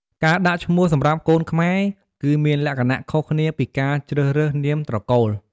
ការដាក់ ឈ្មោះ សម្រាប់កូនខ្មែរ គឺមានលក្ខណៈខុសគ្នាពីការជ្រើសរើសនាមត្រកូល។